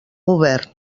govern